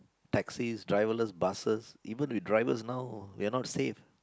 taxis driverless buses even with drivers now we are not safe